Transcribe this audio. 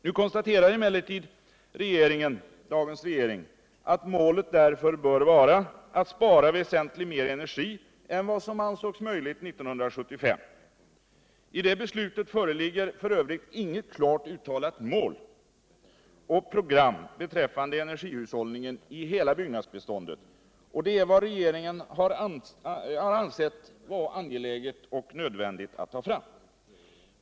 Nu konstaterar emellertid den nuvarande regeringen att målet bör vara att spara väsentligt mer energi än vad som ansågs möjligt 1975. I det beslutet fanns f. ö. inget klart uttalat mål och inget program beträffande energihushållningen i hela byggnadsbeståndet, och det är vad regeringen har ansett vara angeläget och nödvändigt att ta fram.